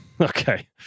Okay